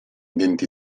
denti